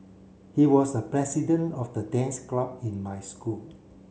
he was the president of the dance club in my school